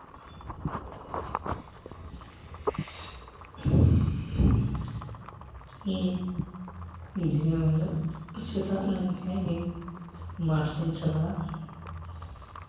ᱤᱧ ᱫᱤᱱᱟᱹᱢ ᱦᱤᱞᱳᱜ ᱥᱮᱛᱟᱜ ᱞᱮᱱᱠᱷᱟᱱ ᱜᱮ ᱢᱟᱴᱷ ᱨᱤᱧ ᱪᱟᱞᱟᱜᱼᱟ